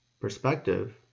perspective